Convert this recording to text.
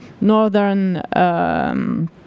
northern